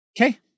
Okay